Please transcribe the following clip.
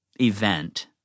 event